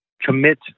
commit